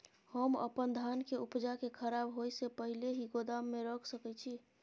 हम अपन धान के उपजा के खराब होय से पहिले ही गोदाम में रख सके छी?